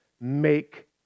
make